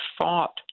fought